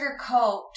sugarcoat